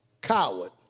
coward